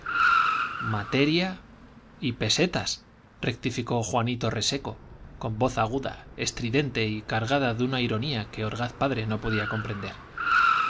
materia y pesetas rectificó juanito reseco con voz aguda estridente y cargada de una ironía que orgaz padre no podía comprender